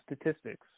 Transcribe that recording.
statistics